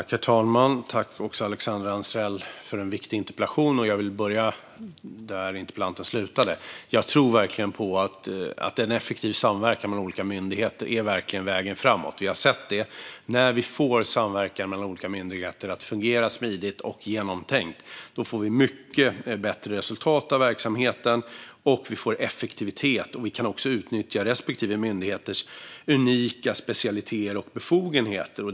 Herr talman! Jag tackar Alexandra Anstrell för en viktig interpellation. Jag vill börja där interpellanten slutade. Jag tror verkligen på att en effektiv samverkan mellan olika myndigheter är vägen framåt. Vi har sett det. När vi får samverkan mellan olika myndigheter fungerar det smidigt och genomtänkt. Då får vi mycket bättre resultat av verksamheten. Vi får effektivitet och kan utnyttja respektive myndigheters unika specialiteter och befogenheter.